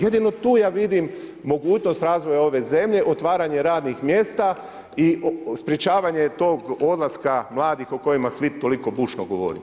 Jedino tu ja vidim mogućnost razvoja ove zemlje, otvaranja radnih mjesta i sprečavanje tog odlaska mladih o kojima svi toliko bučno govorite.